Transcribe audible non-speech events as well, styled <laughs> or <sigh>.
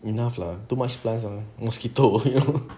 enough lah too much plants ah mosquitoes moving around <laughs>